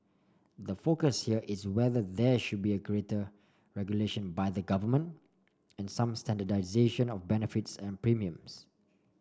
the focus here is whether there should be greater regulation by the government and some standardisation of benefits and premiums